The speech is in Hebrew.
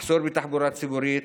מחסור בתחבורה ציבורית,